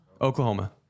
Oklahoma